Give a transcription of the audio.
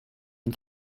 and